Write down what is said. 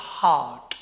heart